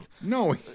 no